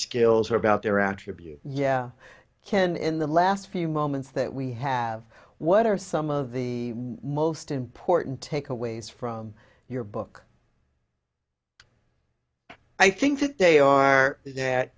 skills or about their attributes yeah ken in the last few moments that we have what are some of the most important takeaways from your book i think that they are that